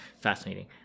fascinating